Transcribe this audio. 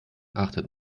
achtet